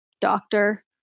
doctor